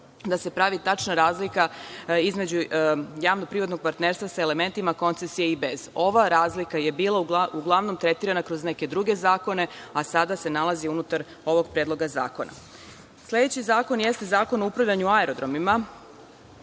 da se pravi tačna razlika između javno-privatnog partnerstva sa elementima koncesije i bez. Ova razlika je bila uglavnom tretirana kroz neke druge zakone, a sada se nalazi unutar ovog Predloga zakona. Sledeći zakon jeste Zakon o upravljanju aerodromima.